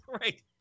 Right